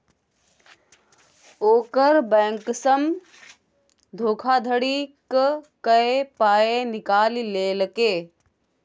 ओकर बैंकसँ धोखाधड़ी क कए पाय निकालि लेलकै